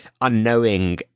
unknowing